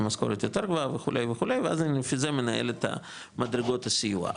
עם משכורת יותר גבוה וכו' וכו' ואז אני לפי זה מנהל את מדרגות הסיוע ,